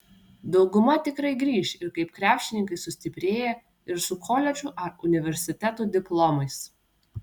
dauguma tikrai grįš ir kaip krepšininkai sustiprėję ir su koledžų ar universitetų diplomais